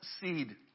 seed